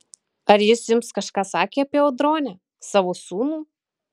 ar jis jums kažką sakė apie audronę savo sūnų